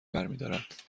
برمیدارد